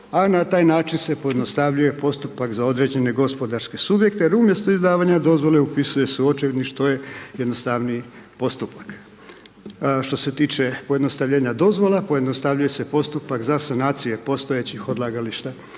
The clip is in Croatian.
a na taj način se pojednostavljuje postupak za određene gospodarske subjekte jer umjesto izdavanja dozvole, upisuje se u Očevidnik, što je jednostavniji postupak. Što se tiče pojednostavljenja dozvola, pojednostavljuje se postupak za sanacije postojećih odlagališta